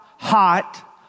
hot